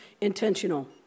intentional